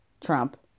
Trump